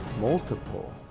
multiple